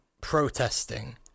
protesting